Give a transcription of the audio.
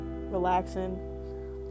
relaxing